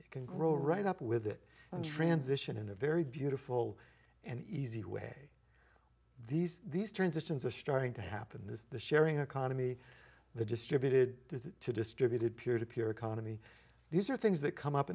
companies can grow right up with it and transition in a very beautiful and easy way these these transitions are starting to happen is the sharing economy the distributed to distributed peer to peer economy these are things that come up